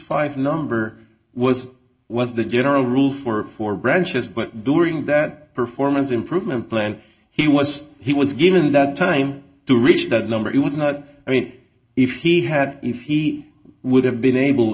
five number was was the general rule for four branches but during that performance improvement plan he was he was given that time to reach that number it was not great if he had if he would have been able